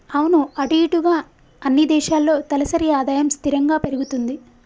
అవును అటు ఇటుగా అన్ని దేశాల్లో తలసరి ఆదాయం స్థిరంగా పెరుగుతుంది